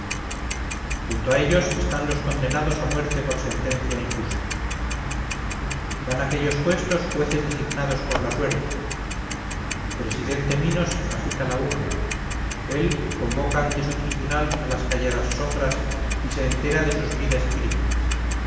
ellos están los condenados a muerte por sentencia injusta dan aquellos puestos jueces designados por la suerte el presidente minos agita la urna él convoca ante su tribunal a las calladas sombras y se entera de sus vidas y crímenes